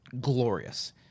glorious